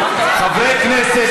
חברי הכנסת,